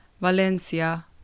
Valencia